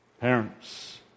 parents